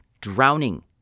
drowning